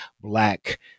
black